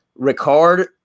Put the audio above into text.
Ricard